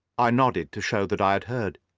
i nodded to show that i had heard.